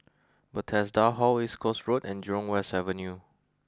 Bethesda Hall East Coast Road and Jurong West Avenue